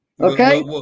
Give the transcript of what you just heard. Okay